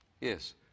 Yes